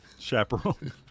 chaperone